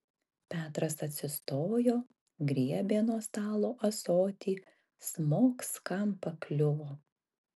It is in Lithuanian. petras atsistojo griebė nuo stalo ąsotį smogs kam pakliuvo